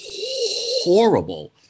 horrible